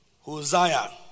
Hosea